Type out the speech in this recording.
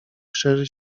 szerzy